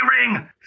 ring